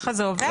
ככה זה עובד?